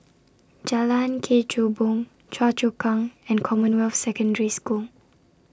Jalan Kechubong Choa Chu Kang and Commonwealth Secondary School